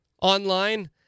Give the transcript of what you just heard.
online